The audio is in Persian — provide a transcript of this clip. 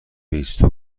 بایستید